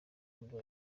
n’ubwo